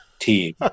team